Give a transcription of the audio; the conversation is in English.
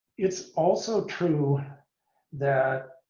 it's also true that